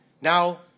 Now